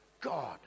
God